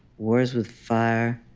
wars with fire,